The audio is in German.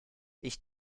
ich